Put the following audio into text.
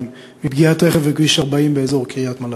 מפגיעת רכב בכביש 40 באזור קריית-מלאכי,